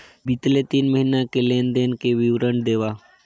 बितले तीन महीना के लेन देन के विवरण देवा?